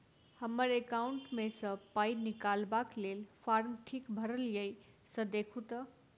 हम्मर एकाउंट मे सऽ पाई निकालबाक लेल फार्म ठीक भरल येई सँ देखू तऽ?